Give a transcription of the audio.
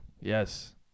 Yes